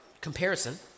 comparison